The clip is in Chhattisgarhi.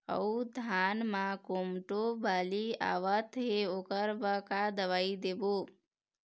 अऊ धान म कोमटो बाली आवत हे ओकर बर का दवई देबो?